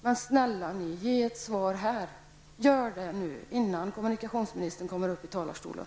Men snälla ni, ge ett svar här innan kommunikationsministern kommer upp i talarstolen.